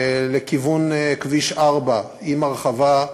לכיוון כביש 4, עם הרחבה,